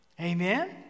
Amen